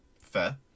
fair